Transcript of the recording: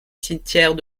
cimetière